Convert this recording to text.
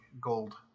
gold